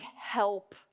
help